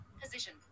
Position